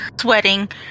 sweating